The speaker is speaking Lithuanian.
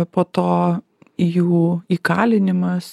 po to jų įkalinimas